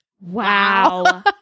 wow